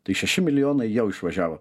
tai šeši milijonai jau išvažiavo